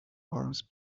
arms